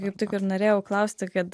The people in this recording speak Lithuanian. kaip tik ir norėjau klausti kad